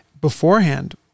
beforehand